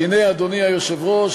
והנה, אדוני היושב-ראש,